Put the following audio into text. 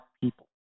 people